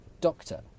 Doctor